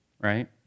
Right